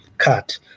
cut